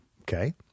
Okay